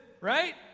right